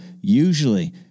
Usually